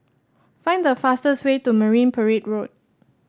find the fastest way to Marine Parade Road